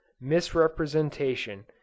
misrepresentation